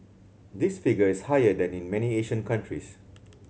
this figure is higher than in many Asian countries